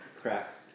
cracks